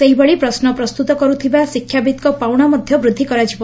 ସେହିଭଳି ପ୍ରଶ୍ନ ପ୍ରସ୍ତୁତ କରୁଥିବା ଶିକ୍ଷାବିତ୍କ ପାଉଣା ମଧ୍ୟ ବୃଦ୍ଧି କରାଯିବ